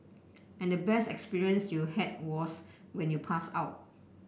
and the best experience you had was when you passed out